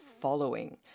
following